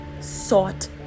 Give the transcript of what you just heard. sought